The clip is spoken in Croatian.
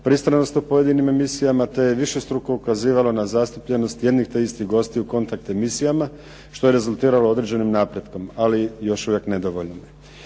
pristranost u pojedinim emisijama te je višestruko ukazivalo na zastupljenost jednih te istih gostiju u kontakt emisijama što je rezultiralo određenim napretkom ali još uvijek nedovoljnim.